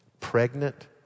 pregnant